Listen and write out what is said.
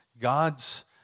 God's